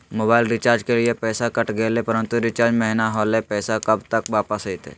Mobile recharge के लिए पैसा कट गेलैय परंतु रिचार्ज महिना होलैय, पैसा कब तक वापस आयते?